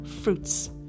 fruits